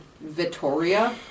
Vittoria